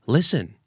Listen